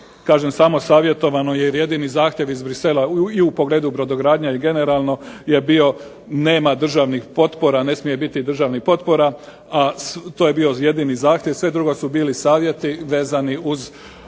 kažem samo savjetovano jer jedini zahtjev iz Bruxellesa i u pogledu brodogradnje i generalno je bio nema državnih potpora, ne smije biti državnih potpora, a to je bio jedini zahtjev, sve drugo su bili savjeti vezani uz